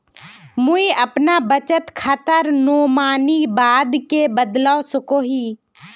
मुई अपना बचत खातार नोमानी बाद के बदलवा सकोहो ही?